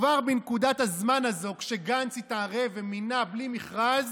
כבר בנקודת הזמן הזו, כשגנץ התערב ומינה בלי מכרז,